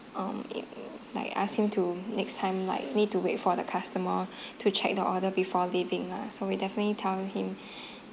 um like ask him to next time like need to wait for the customer to check the order before leaving lah so we'll definitely tell him